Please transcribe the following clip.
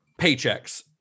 paychecks